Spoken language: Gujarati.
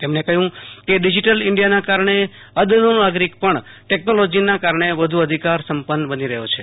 તેમણે કહ્યુ કે ડિજિટલ ઈન્ડીયાના કારણે અદનો નાગરિક પણ ટેકનોલોજીના કારણે વધુ અધિકાર સં પન્ન બની રહ્યો છે